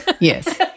Yes